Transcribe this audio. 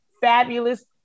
Fabulous